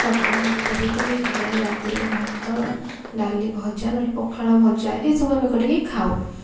ଖଟା ଖିରୀ କଲେ ତାହେଲେ ଆମେ ରାତିରେ ଭାତ ଡାଲି ଭଜା ନହେଲେ ପଖାଳ ଭଜା ଏଇସବୁ ଆମେ କରିକି ଖାଉ